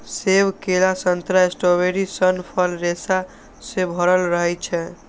सेब, केला, संतरा, स्ट्रॉबेरी सन फल रेशा सं भरल रहै छै